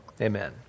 Amen